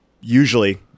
usually